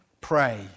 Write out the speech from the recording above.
pray